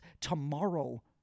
tomorrow